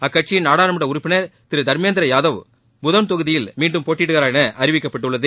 அக்கட்சியின் நாடாளுமன்ற உறுப்பினர் திரு தர்மேந்திரயாதவ் புதௌன் தொகுதியில் மீண்டும் போட்டியிடுகிறார் என அறிவிக்கப்பட்டுள்ளது